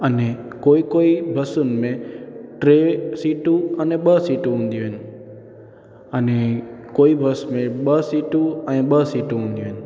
अने कोई कोई बसुनि में टे सीटूं अने ॿ सीटूं हूंदियूं आहिनि अने कोई बस में ॿ सीटूं ऐं ॿ सीटूं हूंदियूं आहिनि